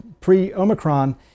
pre-Omicron